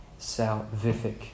salvific